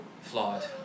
Flawed